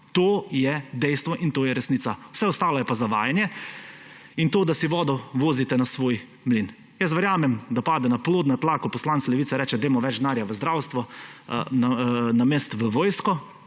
To je dejstvo in to je resnica, vse ostalo je pa zavajanje in to, da si vodo vozite na svoj mlin. Verjamem, da pade na plodna tla, ko poslanec Levice reče – dajmo več denarja v zdravstvo namesto v vojsko.